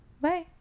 bye